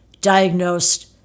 diagnosed